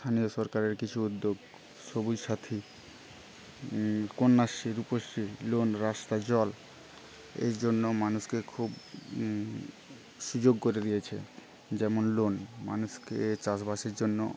কেন্দ্রীয় সরকারের কিছু উদ্যোগ সবুজ সাথি কন্যাশ্রী রূপশ্রী লোন রাস্তা জল এই জন্য মানুষকে খুব সুযোগ করে দিয়েছে যেমন লোন মানুষকে চাষবাসের জন্য